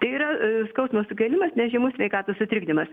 tai yra skausmo sukėlimas nežymus sveikatos sutrikdymas